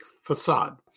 Facade